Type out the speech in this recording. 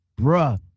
Bruh